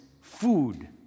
food